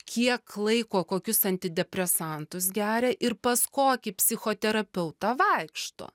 kiek laiko kokius antidepresantus geria ir pas kokį psichoterapeutą vaikšto